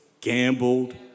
gambled